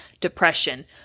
depression